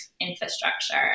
infrastructure